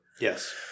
Yes